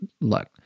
look